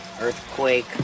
Earthquake